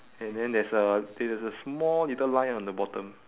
and then there's a there is a small little line on the bottom